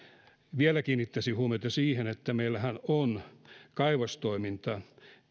vielä kiinnittäisin huomiota siihen että meillähän on kaivostoiminta